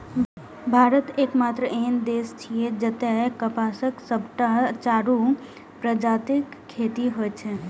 भारत एकमात्र एहन देश छियै, जतय कपासक सबटा चारू प्रजातिक खेती होइ छै